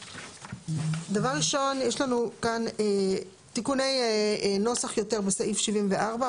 דבר ראשון יש לנו כאן תיקוני נוסח יותר בסעיף 74,